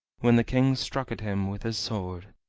when the king struck at him with his sword.